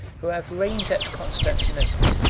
who have reigned at constantinople,